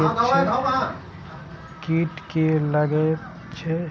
कीट किये लगैत छै?